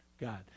God